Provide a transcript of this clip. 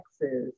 Texas